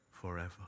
forever